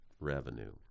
revenue